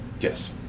Yes